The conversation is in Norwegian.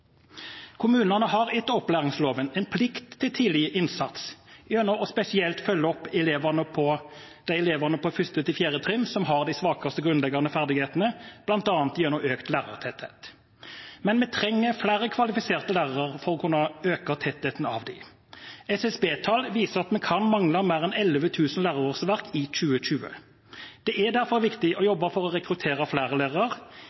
Kommunene har etter opplæringsloven en plikt til tidlig innsats gjennom spesielt å følge opp de elevene på 1.–4. trinn som har svakest grunnleggende ferdigheter, bl.a. gjennom økt lærertetthet. Men vi trenger flere kvalifiserte lærere for å kunne øke tettheten av dem. SSB-tall viser at vi kan mangle mer enn 11 000 lærerårsverk i 2020. Det er derfor viktig å jobbe for å rekruttere flere lærere, gi lærerne gode arbeidsforhold, slik at de fortsetter i jobben, og at flere lærere